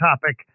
topic